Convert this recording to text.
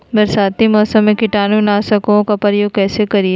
बरसाती मौसम में कीटाणु नाशक ओं का प्रयोग कैसे करिये?